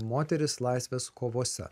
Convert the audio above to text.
moteris laisvės kovose